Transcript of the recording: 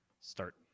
start